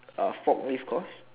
uh forklift course